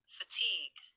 fatigue